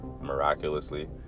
miraculously